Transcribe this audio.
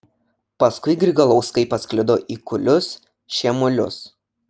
paskui grigalauskai pasklido į kulius šiemulius